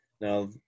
Now